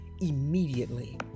immediately